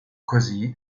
così